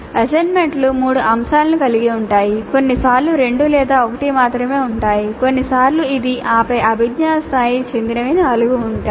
అసైన్మెంట్లు మూడు అంశాలను కలిగి ఉంటాయి కొన్నిసార్లు రెండు లేదా ఒకటి మాత్రమే ఉంటాయి కొన్నిసార్లు ఇది అప్లై అభిజ్ఞా స్థాయికి చెందినవి నాలుగు ఉంటాయి